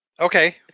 Okay